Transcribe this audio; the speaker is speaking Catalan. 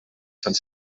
sant